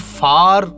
far